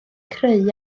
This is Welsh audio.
creu